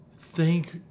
Thank